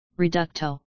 Reducto